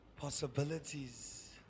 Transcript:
possibilities